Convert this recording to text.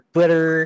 Twitter